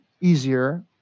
easier